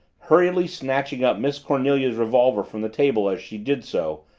hurriedly snatching up miss cornelia's revolver from the table as she did so,